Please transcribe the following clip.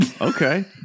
Okay